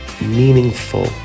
meaningful